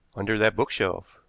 under that bookshelf.